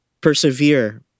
Persevere